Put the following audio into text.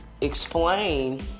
explain